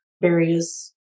various